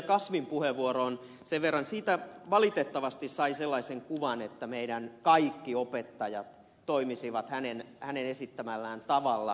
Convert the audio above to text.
kasvin puheenvuoroon sen verran että siitä valitettavasti sai sellaisen kuvan että meidän kaikki opettajamme toimisivat hänen esittämällään tavalla